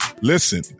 listen